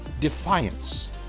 defiance